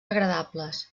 agradables